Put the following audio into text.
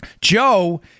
Joe